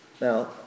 Now